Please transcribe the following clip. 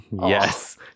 Yes